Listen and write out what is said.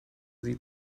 sie